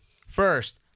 First